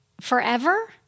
Forever